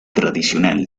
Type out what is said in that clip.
tradicional